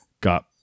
got